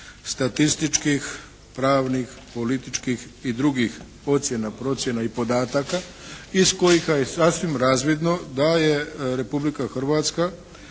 statističkih, pravnih, političkih i drugih ocjena, procjena i podataka iz kojih je sasvim razvidno da je Republika Hrvatska